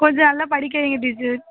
கொஞ்சம் நல்லா படிக்க வைங்க டீச்சர்